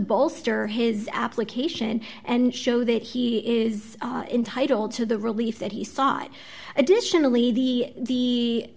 bolster his application and show that he is entitled to the relief that he sought additionally the